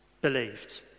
believed